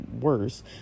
worse